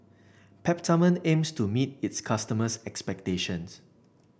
Peptamen aims to meet its customers' expectation